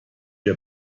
wir